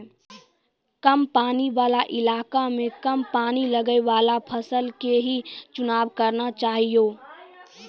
कम पानी वाला इलाका मॅ कम पानी लगैवाला फसल के हीं चुनाव करना चाहियो